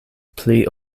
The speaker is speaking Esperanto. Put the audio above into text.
pli